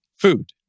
Food